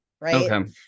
right